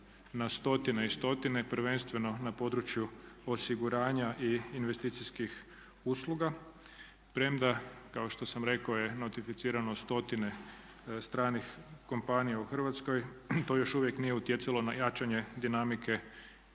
na stotine i stotine prvenstveno na području osiguranja i investicijskih usluga. Premda kao što sam rekao je notificirano stotine stranih kompanija u Hrvatskoj To još uvijek nije utjecalo na jačanje dinamike